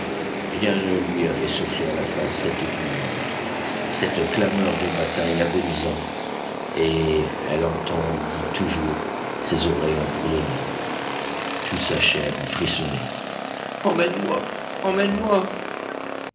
rien ne lui avait soufflé à la face cette épouvante cette clameur de bataille agonisant et elle l'entendait toujours ses oreilles en bourdonnaient toute sa chair en frissonnait emmène-moi emmène-moi